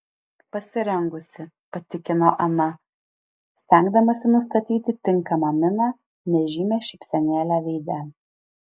pasirengusi patikino ana stengdamasi nustatyti tinkamą miną nežymią šypsenėlę veide